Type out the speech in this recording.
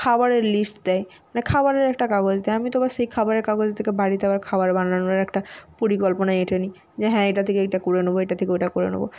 খাবারের লিস্ট দেয় মানে খাবারের একটা কাগজ দেয় আমি তো ব্যাস সেই খাবারের কাগজ থেকে বাড়িতে আবার খাবার বানানোর একটা পরিকল্পনা এঁটে নিই যে হ্যাঁ এটা থেকে এইটা করে নেবো এইটা থেকে ওইটা করে নেবো